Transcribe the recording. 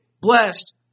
blessed